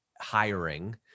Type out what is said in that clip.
hiring